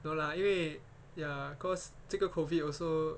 no lah 因为 ya because 这个 COVID also